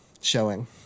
showing